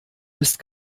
bist